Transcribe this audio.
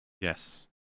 yes